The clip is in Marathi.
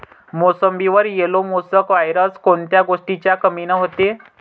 मोसंबीवर येलो मोसॅक वायरस कोन्या गोष्टीच्या कमीनं होते?